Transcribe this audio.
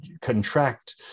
contract